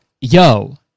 yo